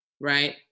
right